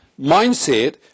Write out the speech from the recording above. mindset